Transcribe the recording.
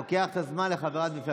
לוקח את הזמן לחברתך.